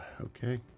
Okay